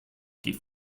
geh